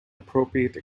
appropriate